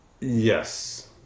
Yes